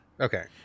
Okay